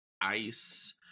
ice